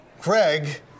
Craig